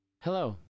Hello